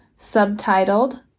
subtitled